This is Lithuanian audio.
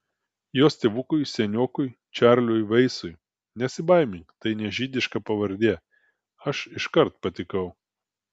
jos tėvukui seniokui čarliui veisui nesibaimink tai ne žydiška pavardė aš iškart patikau